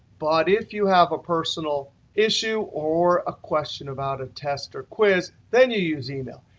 but if you have a personal issue or a question about a test or quiz, then you use email.